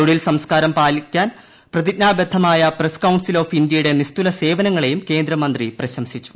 തൊഴിൽ സംസ്കാരം പരിപാലിക്കാൻ പ്രതിജ്ഞാബദ്ധമായ പ്രസ് കൌൺസിൽ ഓഫ് ഇന്ത്യയുടെ നിസ്തുല സേവനങ്ങളേയും കേന്ദ്രമന്ത്രി പ്രശംസിച്ചു